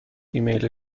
ایمیل